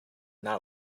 not